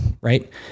Right